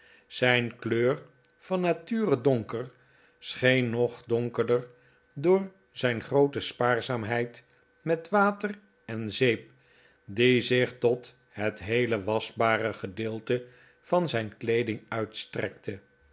zijn kleur van nature donker scheen nog donkerder door zijn groote spaarzaamheid met water en zeep die zich tot het heele waschbare gedeelte van zijn kleeding uitstrekte